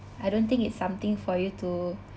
I don't think it's something for you to